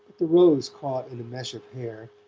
the rose caught in a mesh of hair,